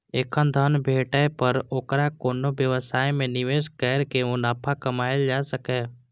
एखन धन भेटै पर ओकरा कोनो व्यवसाय मे निवेश कैर के मुनाफा कमाएल जा सकैए